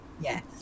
Yes